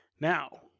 Now